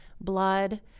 blood